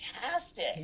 fantastic